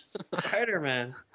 spider-man